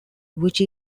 which